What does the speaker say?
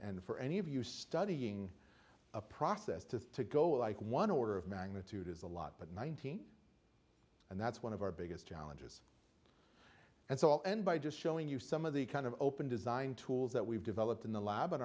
and for any of you studying a process to go like one order of magnitude is a lot but nineteen and that's one of our biggest challenges that's all and by just showing you some of the kind of open design tools that we've developed in the lab